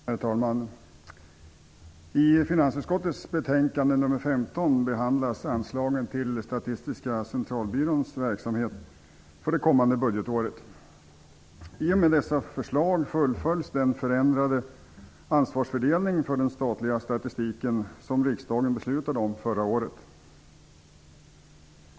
Herr talman! I finansutskottets betänkande nr 15 behandlas anslagen till Statistiska centralbyråns verksamhet för det kommande budgetåret. I och med dessa förslag fullföljs den förändrade ansvarsfördelningen för den statliga statistiken som riksdagen beslutade om förra året.